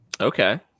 Okay